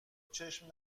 چشم